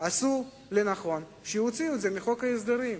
עשו נכון שהוציאו את זה מחוק ההסדרים.